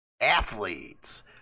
athletes